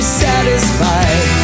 satisfied